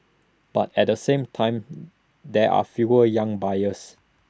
but at the same time there are fewer young buyers